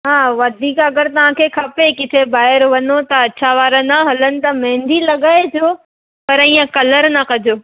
हा वधीक अगरि तव्हांखे खपे किथे ॿाहिरि वञो था अछा वार न हलनि त मेहंदी लॻाइजो पर इअं कलर न कजो